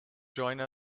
join